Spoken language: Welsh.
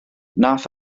wnaeth